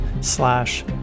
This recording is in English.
slash